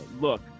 look